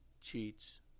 cheats